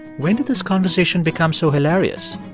when did this conversation become so hilarious?